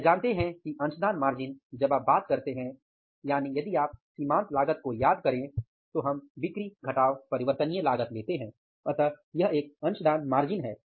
हम यह जानते हैं कि अंशदान मार्जिन जब आप बात करते हैं यानि यदि आप सीमांत लागत को याद करें तो हम बिक्री घटाव परिवर्तनीय लागत लेते हैं अतः यह एक अंशदान मार्जिन है